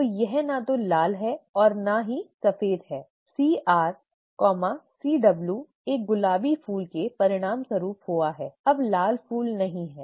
तो यह न तो लाल है और न ही सफेद है CR CW एक गुलाबी फूल के परिणामस्वरूप हुआ है अब लाल फूल नहीं है